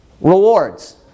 rewards